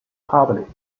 public